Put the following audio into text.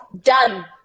Done